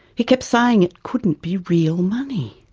he kept saying it couldn't be real money.